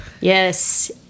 yes